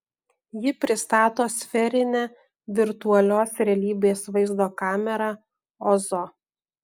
ji pristato sferinę virtualios realybės vaizdo kamerą ozo